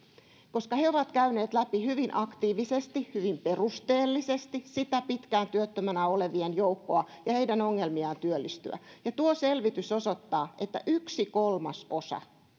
he ovat käyneet läpi hyvin aktiivisesti ja hyvin perusteellisesti sitä pitkään työttömänä olevien joukkoa ja heidän ongelmiaan työllistyä ja tuo selvitys osoittaa että yksi kolmasosa